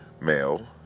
male